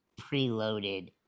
preloaded